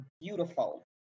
beautiful